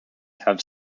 have